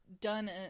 done